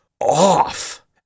off